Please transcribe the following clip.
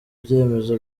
byemezo